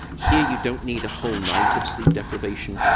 here, you don't need a whole night of sleep deprivation.